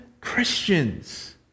Christians